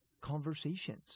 conversations